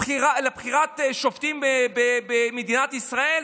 לבחירת שופטים במדינת ישראל,